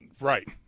right